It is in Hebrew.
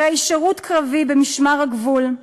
אחרי שירות קרבי במשמר הגבול,